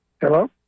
Hello